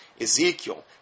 Ezekiel